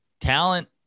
talent